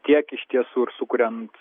tiek iš tiesų ir sukuriant